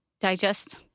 digest